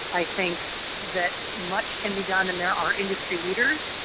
i think that much can be done, and there are industry leaders,